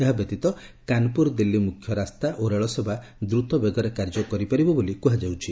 ଏହାବ୍ୟତୀତ କାନ୍ପୁର ଦିଲ୍ଲୀ ମୁଖ୍ୟ ରାସ୍ତା ଓ ରେଳସେବା ଦ୍ରତବେଗରେ କାର୍ଯ୍ୟ କରିପାରିବ ବୋଲି କୁହାଯାଉଛି